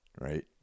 right